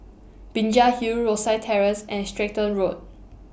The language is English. Binjai Hill Rosyth Terrace and Stratton Road